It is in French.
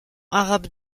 arabe